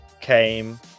came